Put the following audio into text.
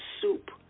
soup